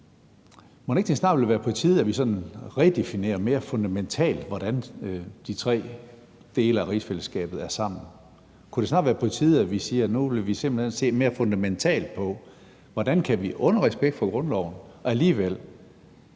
det snart ville være på tide, at vi redefinerer mere fundamentalt, hvordan de tre dele af rigsfællesskabet er sammen. Kunne det snart være på tide, at vi siger, at vi nu simpelt hen vil se mere fundamentalt på, hvordan vi med respekt for grundloven alligevel